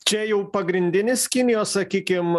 čia jau pagrindinis kinijos sakykim